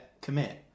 commit